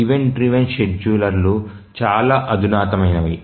event driven షెడ్యూలర్లు చాలా అధునాతనమైనవి